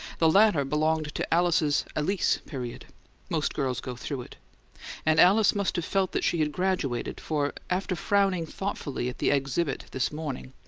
the latter belonged to alice's alys period most girls go through it and alice must have felt that she had graduated, for, after frowning thoughtfully at the exhibit this morning,